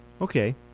Okay